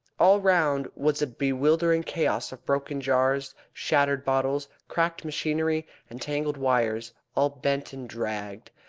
all round was a bewildering chaos of broken jars, shattered bottles, cracked machinery, and tangled wires, all bent and draggled.